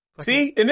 See